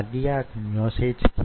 క్రిందనే వుందనుకుందాం